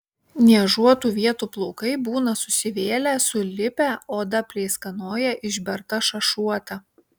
niežuotų vietų plaukai būna susivėlę sulipę oda pleiskanoja išberta šašuota